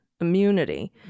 immunity